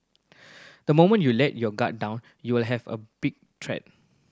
the moment you let your guard down you will have a big threat